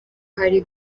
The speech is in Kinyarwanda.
hari